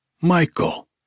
Michael